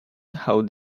how